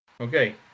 Okay